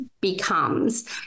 becomes